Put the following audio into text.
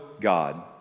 God